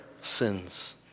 sins